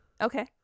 Okay